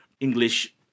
English